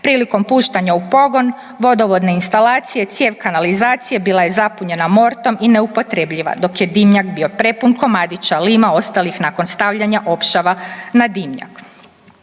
Prilikom puštanja u pogon vodovodne instalacije i cijev kanalizacije bila je zapunjena mortom i neupotrebljiva, dok je dimnjak bio prepun komadića lima ostalih nakon stavljanja opšava na dimnjak.